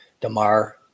Damar